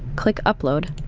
click upload.